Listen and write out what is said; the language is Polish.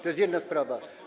To jest jedna sprawa.